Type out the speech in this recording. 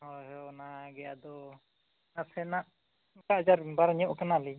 ᱦᱳᱭ ᱦᱳᱭ ᱚᱱᱟᱜᱮ ᱟᱫᱚ ᱱᱟᱥᱮᱱᱟᱜ ᱟᱡᱟᱨ ᱵᱤᱢᱟᱨ ᱧᱚᱜ ᱠᱟᱱᱟᱞᱤᱧ